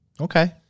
Okay